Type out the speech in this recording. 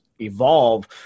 evolve